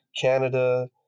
Canada